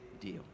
deal